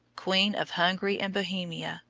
queen of hungary and bohemia,